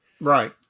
right